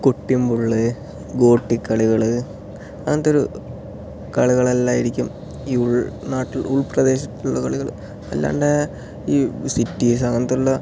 കൊട്ടി മുള്ള് ഗോട്ടി കളികൾ അങ്ങനത്തൊരു കളികളെല്ലാമായിരിക്കും ഈ ഉൾനാട്ടിൽ ഉൾപ്രദേശത്തുള്ള കളികൾ അല്ലാണ്ട് ഈ സിറ്റീസ് അങ്ങനത്തുള്ള